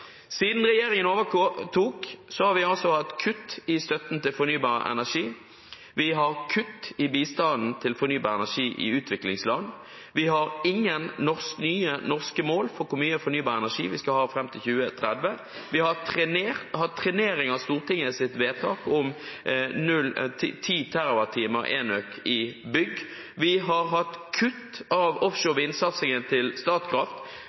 Siden regjeringen overtok, har vi altså hatt kutt i støtten til fornybar energi. Vi har kutt i bistanden til fornybar energi i utviklingsland. Vi har ingen nye norske mål for hvor mye fornybar energi vi skal ha fram til 2030. Vi har hatt trenering av Stortingets vedtak om 10 TWh enøk i bygg. Vi har hatt kutt av offshore vind-satsingen til Statkraft.